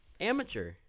Amateur